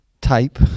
type